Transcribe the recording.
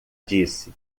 disse